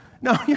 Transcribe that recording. No